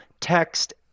text